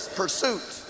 pursuit